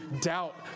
doubt